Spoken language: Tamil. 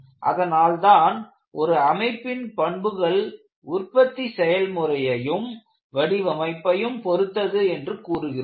அதனால் தான் ஒரு அமைப்பின் பண்புகள் உற்பத்தி செயல்முறையையும் வடிவமைப்பையும் பொருத்தது என்று கூறுகிறோம்